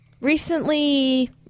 Recently